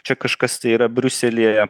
čia kažkas tai yra briuselyje